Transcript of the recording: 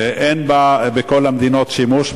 אין בה בכל המדינות שימוש,